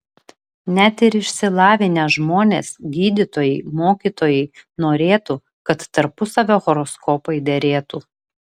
net ir išsilavinę žmonės gydytojai mokytojai norėtų kad tarpusavio horoskopai derėtų